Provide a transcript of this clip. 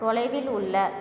தொலைவில் உள்ள